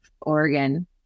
oregon